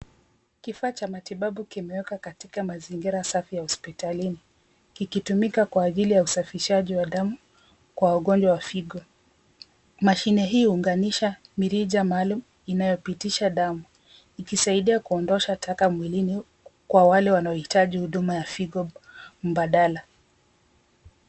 Kifaa cha matibabu kimewekwa katika mazingira safi ya hospitalini, kikitumika kwa ajili ya usafishaji wa damu kwa wagonjwa wa figo. Mashine hii huanganisha mirija maalum inayopitisha damu, ikisaidia kuondosha taka mwilini kwa wale wanaohitaji huduma ya figo mbadala.